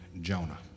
Jonah